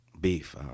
beef